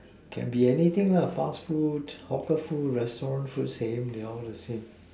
can be anything lah fast food hawker food restaurant food same they all the same